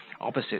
Opposite